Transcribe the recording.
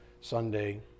Sunday